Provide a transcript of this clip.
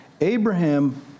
Abraham